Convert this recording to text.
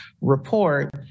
report